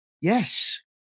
Yes